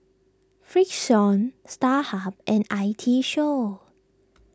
Frixion Starhub and I T Show